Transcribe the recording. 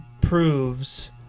proves